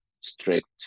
strict